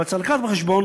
אבל צריך להביא בחשבון